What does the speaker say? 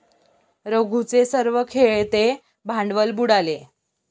रघूचे सर्व खेळते भांडवल बुडाले